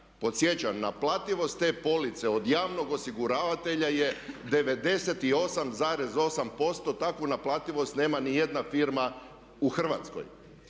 Podsjećam naplativost te police od javnog osiguravatelja je 98,8%, takvu naplativost nema ni jedna firma u Hrvatskoj.